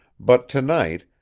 but to-night,